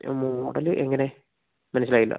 ആ മോഡല് എങ്ങനെ മനസ്സിലായില്ല